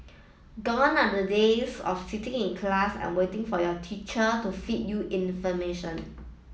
gone are the days of sitting in class and waiting for your teacher to feed you information